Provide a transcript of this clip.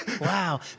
Wow